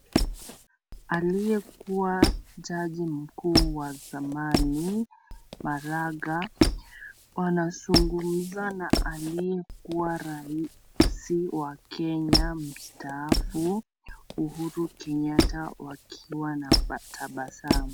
Aliyekuwa jaji mkuu wa zamani Maraga wanazungumza na aliyekuwa na raisi wa Kenya mstaafu Uhuru Kenyatta wakiwa waknatabasamu.